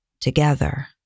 together